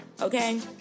Okay